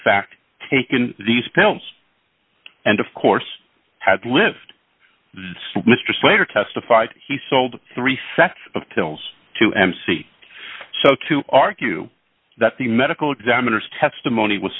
fact taken these counts and of course had lived mr slater testified he sold three sets of pills to mc so to argue that the medical examiner's testimony was